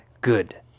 Good